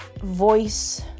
voice